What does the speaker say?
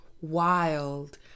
wild